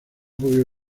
podido